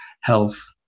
health